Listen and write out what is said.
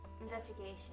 Investigation